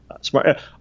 smart